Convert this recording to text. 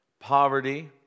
poverty